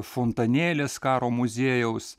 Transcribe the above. fontanėlis karo muziejaus